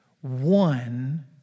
one